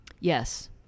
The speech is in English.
Yes